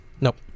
Nope